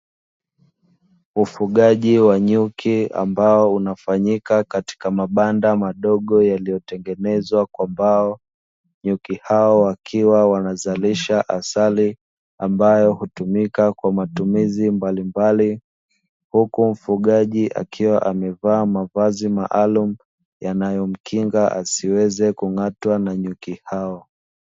Ufugaji wa nyuki ambao unafanyika katika mabanda madogo yaliyotengenezwa kwa mbao, nyuki hao wakiwa wanazalisha asali ambayo hutumika kwa matumizi mbalimbali, huku mfugaji akiwa amevaa mavazi maalumu yanayomkinga asiweze kung'atwa na nyuki hao.